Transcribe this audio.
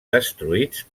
destruïts